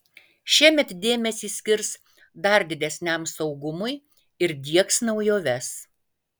šiemet dėmesį skirs dar didesniam saugumui ir diegs naujoves